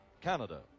Canada